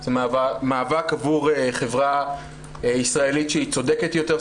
זה מאבק עבור חברה ישראלית שהיא צודקת יותר,